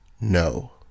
No